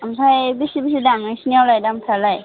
ओमफ्राय बेसे बेसे दाम नोंसिनिआवलाय दामफ्रालाय